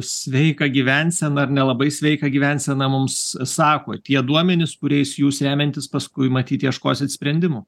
sveiką gyvenseną ar nelabai sveiką gyvenseną mums sako tie duomenys kuriais jūs remiantis paskui matyt ieškosit sprendimų